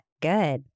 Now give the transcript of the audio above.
good